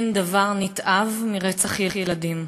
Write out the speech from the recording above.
אין דבר נתעב מרצח ילדים,